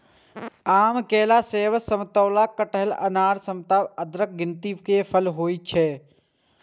आम, केला, सेब, समतोला, कटहर, अनार, लताम आदिक गिनती फल मे होइ छै